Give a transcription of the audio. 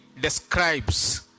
describes